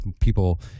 people